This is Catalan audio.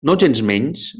nogensmenys